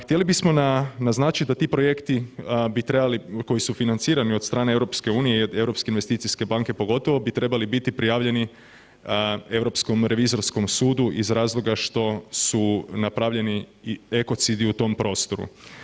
Htjeli bismo naznačiti da ti projekti bi trebali, koji su financirani od strane EU i od Europske investicijske banke pogotovo bi trebali biti prijavljeni Europskom revizorskom sudu iz razloga što su napravljeni i ekocidi u tom prostoru.